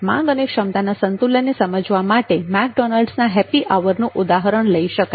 માંગ અને ક્ષમતાના સંતુલનને સમજવા માટે મેકડોનાલ્ડ્સના હેપ્પી અવરનું ઉદાહરણ લઈ શકાય